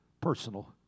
personal